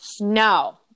No